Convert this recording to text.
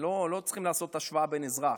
לא צריכים לעשות השוואה בין אזרחים.